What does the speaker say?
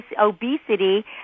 obesity